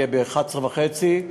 תהיה ב-23:30,